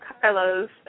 Carlos